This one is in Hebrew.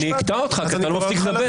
אני אקטע אותך כי אתה לא מפסיק לדבר.